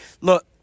look